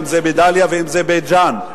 אם בדאליה ואם בבית-ג'ן,